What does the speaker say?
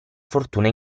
fortuna